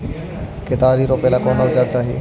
केतारी रोपेला कौन औजर चाही?